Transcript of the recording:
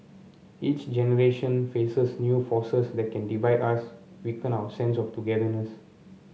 each generation faces new forces that can divide us weaken our sense of togetherness